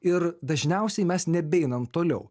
ir dažniausiai mes nebeinam toliau